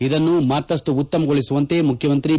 ಇದನ್ನು ಮತ್ತಷ್ಟು ಉತ್ತಮಗೊಳಿಸುವಂತೆ ಮುಖ್ಯಮಂತ್ರಿ ಬಿ